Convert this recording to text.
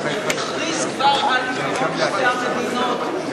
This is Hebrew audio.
הכריז כבר על פתרון שתי המדינות,